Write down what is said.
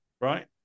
right